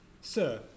sir